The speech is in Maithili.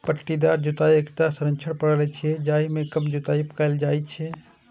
पट्टीदार जुताइ एकटा संरक्षण प्रणाली छियै, जाहि मे कम जुताइ कैल जाइ छै